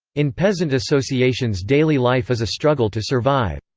in peasant associations daily life is a struggle to survive.